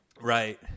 Right